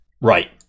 Right